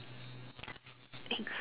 eggs